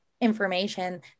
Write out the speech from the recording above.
information